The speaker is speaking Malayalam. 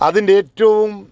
അതിൻ്റെ ഏറ്റവും